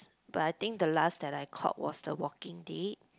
but I think the last that I caught was the Walking Dead